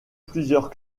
plusieurs